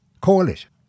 coalition